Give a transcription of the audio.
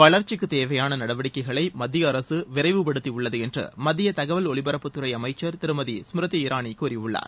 வளர்ச்சிக்கு தேவையான நடவடிக்கைகளை மத்திய அரசு விரைவுபடுத்தியுள்ளது என்று மத்திய தகவல் ஒலிபரப்புத்துறை அமைச்சர் திருமதி ஸ்மிருதி இரானி கூறியுள்ளார்